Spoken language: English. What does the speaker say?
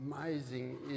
amazing